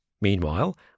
Meanwhile